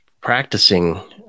practicing